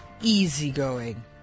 easygoing